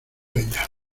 ella